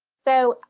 so,